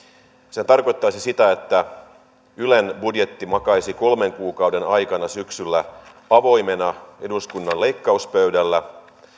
sehän tarkoittaisi sitä että ylen budjetti makaisi kolmen kuukauden ajan syksyllä avoimena eduskunnan leikkauspöydällä